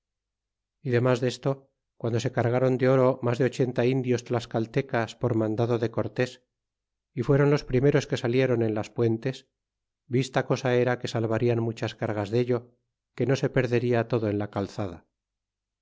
y demas desto guando se cargaron de oro mas de ochenta indios tlascalteeas por mandado de cortés y fuéron los primeros que salieron en las puentes vista cosa era que salvarían muchas cargas dello que no se perdería todo en la calzada